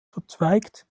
verzweigt